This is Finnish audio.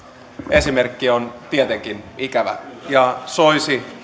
esimerkki on tietenkin ikävä ja soisi